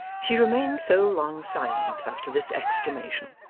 she remained so long silent after this exclamation,